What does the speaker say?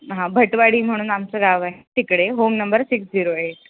हां भटवाडी म्हणून आमचं गाव आहे तिकडे home number six zero eight